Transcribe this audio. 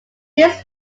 this